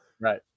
right